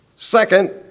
Second